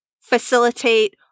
facilitate